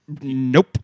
Nope